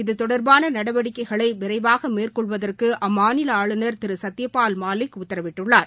இது தொடர்பாள நடவடிக்கைகளை விரைவாக மேற்கொள்வதற்கு அம்மாநில ஆளுநர் திரு சத்பபால் மாலிக் உத்தரவிட்டுள்ளார்